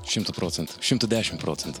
šimtu procentų šimtu dešimt procentų